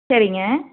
சரிங்க